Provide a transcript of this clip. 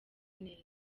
neza